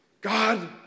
God